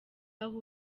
aho